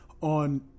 on